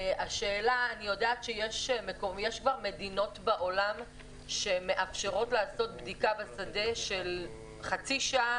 אני יודעת שיש כבר מדינות בעולם שמאפשרות לעשות בדיקה בשדה של חצי שעה,